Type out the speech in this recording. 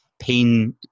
Pain